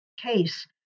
case